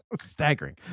Staggering